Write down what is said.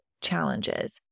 challenges